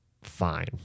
fine